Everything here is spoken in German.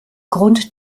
grund